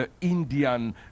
Indian